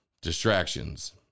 Distractions